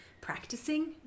practicing